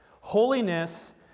Holiness